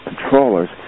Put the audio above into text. controllers